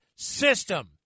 system